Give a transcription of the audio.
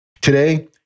Today